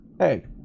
Hey